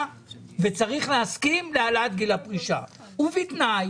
וצריך להסכים להעלאת גיל הפרישה ובתנאי